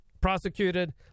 prosecuted